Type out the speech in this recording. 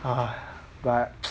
uh ya but